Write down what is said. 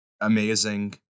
amazing